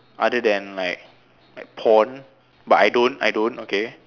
other than like like porn but I don't I don't okay